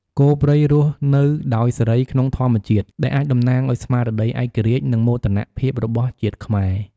គោព្រៃរស់នៅដោយសេរីក្នុងធម្មជាតិ ដែលអាចតំណាងឲ្យស្មារតីឯករាជ្យ និងមោទនភាពរបស់ជាតិខ្មែរ។